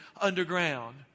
underground